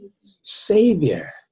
Savior